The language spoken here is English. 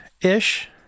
ish